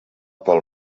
pel